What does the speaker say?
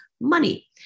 money